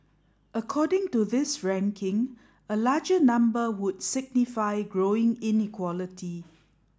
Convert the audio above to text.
according to this ranking a larger number would signify growing inequality